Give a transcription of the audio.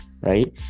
right